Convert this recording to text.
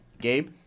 Gabe